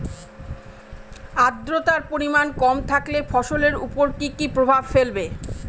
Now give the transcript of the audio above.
আদ্রর্তার পরিমান কম থাকলে ফসলের উপর কি কি প্রভাব ফেলবে?